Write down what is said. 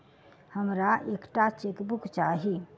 हमरा एक टा चेकबुक चाहि